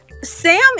Sam